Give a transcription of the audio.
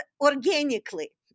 organically